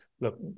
look